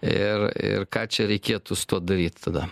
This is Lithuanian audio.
ir ir ką čia reikėtų su tuo daryt tada